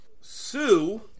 Sue